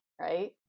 Right